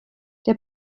der